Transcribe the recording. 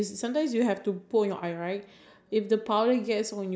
do you do you remember sometimes like if you gonna put like